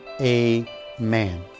Amen